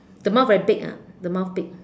the mouth very big ah the mouth big